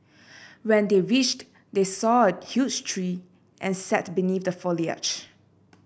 when they reached they saw a huge tree and sat beneath the foliage